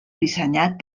dissenyat